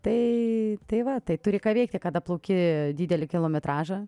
tai tai va tai turi ką veikti kada plauki didelį kilometražą